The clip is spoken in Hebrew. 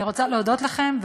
אני רוצה להודות לכם.